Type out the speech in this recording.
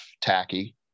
tacky